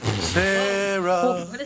Sarah